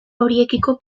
horiekiko